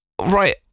right